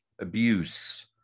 abuse